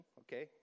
okay